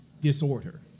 disorder